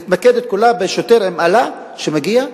מתמקדת כולה בשוטר עם אלה שמגיע?